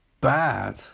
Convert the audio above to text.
bad